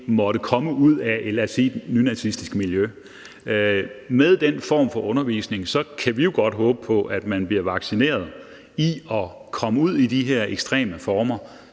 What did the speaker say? måtte komme ud af et, lad os sige nynazistisk miljø. Med den form for undervisning kan vi jo godt håbe på, at man bliver vaccineret mod at komme ud i de her ekstreme former,